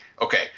okay